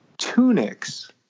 tunics